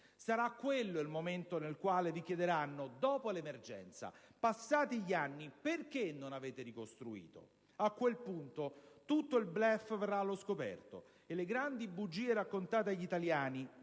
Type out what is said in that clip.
Sarà quello il momento nel quale vi chiederanno: dopo l'emergenza, passati anni, perché non avete ricostruito? A quel punto tutto il *bluff* verrà allo scoperto, e le grandi bugie raccontate agli italiani